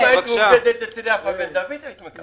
אם היית עובדת אצל יפה בן דוד היית מקבלת.